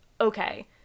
okay